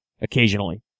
occasionally